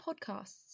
podcasts